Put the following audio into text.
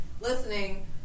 listening